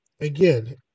again